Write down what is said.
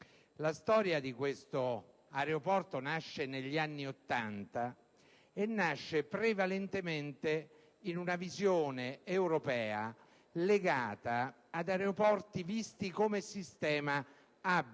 La storia di questo aeroporto nasce negli anni Ottanta, e nasce prevalentemente in una visione europea legata ad aeroporti visti come sistema *hub*,